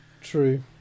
true